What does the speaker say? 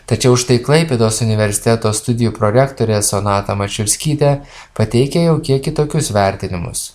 tačiau štai klaipėdos universiteto studijų prorektorė sonata mačiulskytė pateikia jau kiek kitokius vertinimus